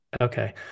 Okay